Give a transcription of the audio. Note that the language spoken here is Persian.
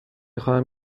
خواهم